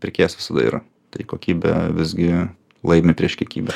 pirkėjas visada yra tai kokybė visgi laimi prieš kiekybę